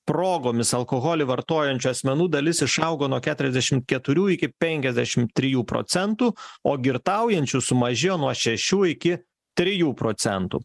progomis alkoholį vartojančių asmenų dalis išaugo nuo keturiasdešimt keturių iki penkiasdešim trijų procentų o girtaujančių sumažėjo nuo šešių iki trijų procentų